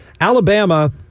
Alabama